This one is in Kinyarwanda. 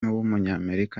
w’umunyamerika